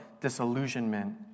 disillusionment